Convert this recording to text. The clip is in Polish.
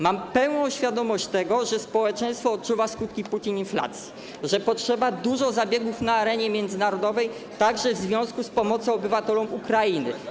Mam pełną świadomość tego, że społeczeństwo odczuwa skutki putinflacji, że potrzeba dużo zabiegów na arenie międzynarodowej, także w związku z pomocą obywatelom Ukrainy.